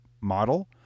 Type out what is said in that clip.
model